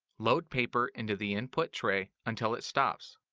load paper into the input tray until it stops.